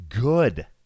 Good